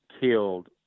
killed